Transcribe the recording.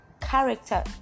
character